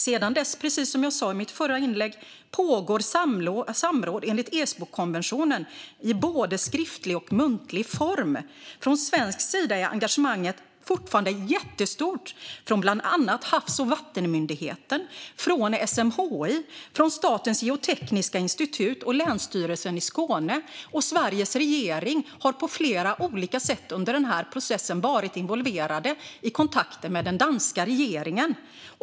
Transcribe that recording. Sedan dess pågår, precis som jag sa i mitt förra inlägg, samråd enligt Esbokonventionen i både skriftlig och muntlig form. Från svensk sida är engagemanget fortfarande jättestort, bland annat från Havs och vattenmyndigheten, från SMHI, från Statens geotekniska institut och från Länsstyrelsen Skåne. Sveriges regering har också på flera olika sätt under processen varit involverade i kontakter med den danska regeringen.